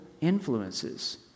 influences